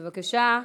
בבקשה.